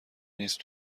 نیست